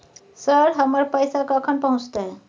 Sir, हमर पैसा कखन पहुंचतै?